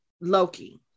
Loki